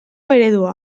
eredua